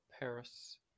Paris